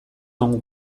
one